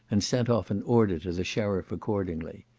and sent off an order to the sheriff accordingly.